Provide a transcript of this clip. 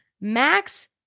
Max